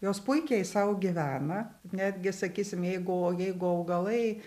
jos puikiai sau gyvena netgi sakysim jeigu jeigu augalai